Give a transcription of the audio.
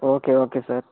okay okay sir